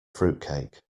fruitcake